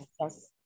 Yes